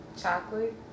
chocolate